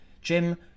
Jim